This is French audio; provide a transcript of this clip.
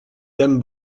dame